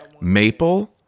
Maple